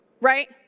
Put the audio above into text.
right